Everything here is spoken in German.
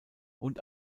und